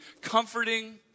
comforting